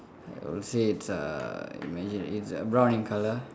I will say uh imagine it's brown in color